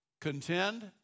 Contend